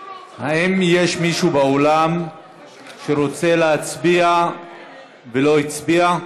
האם יש מישהו באולם שרוצה להצביע ולא הצביע?